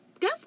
Go